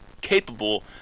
capable